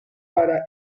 para